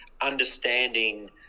understanding